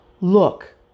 look